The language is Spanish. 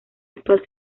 actual